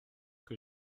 que